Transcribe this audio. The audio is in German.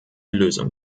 lösung